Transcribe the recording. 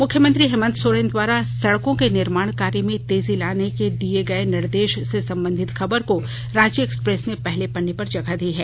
मुख्यमंत्री हेमंत सोरेन द्वारा सड़कों के निर्माण कार्य में तेजी लाने के दिए गए निर्देश से संबंधित खबर को रांची एक्सप्रेस ने पहले पन्ने पर जगह दी है